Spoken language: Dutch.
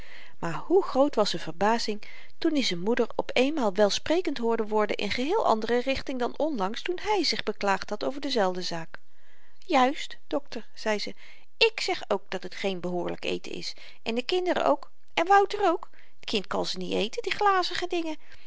maar hoe groot was z'n verbazing toen i z'n moeder op eenmaal welsprekend hoorde worden in geheel andere richting dan onlangs toen hy zich beklaagd had over dezelfde zaak juist dokter zei ze ik zeg ook dat het geen behoorlyk eten is en de kinderen ook en wouter ook t kind kan ze niet eten die glazige dingen